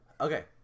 Okay